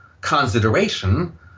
consideration